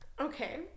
Okay